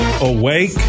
awake